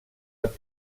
han